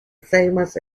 famous